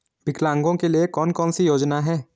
विकलांगों के लिए कौन कौनसी योजना है?